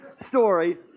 story